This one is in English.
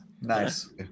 nice